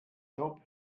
job